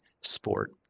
sport